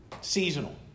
Seasonal